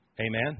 Amen